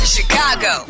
Chicago